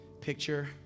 picture